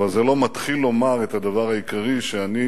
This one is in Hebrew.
אבל זה לא מתחיל לומר את הדבר העיקרי שאני